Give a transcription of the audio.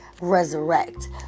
resurrect